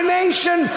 nation